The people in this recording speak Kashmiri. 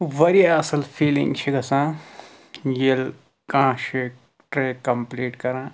واریاہ اَصٕل فیٖلِنٛگ چھِ گژھان ییٚلہِ کانٛہہ چھِ ٹرٛیک کَمپٕلیٖٹ کران